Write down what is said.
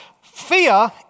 Fear